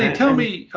and tell me,